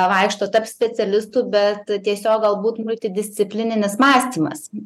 vaikšto tarp specialistų bet tiesiog galbūt multidisciplininis mąstymas